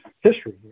history